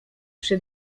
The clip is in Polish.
przy